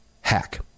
Hack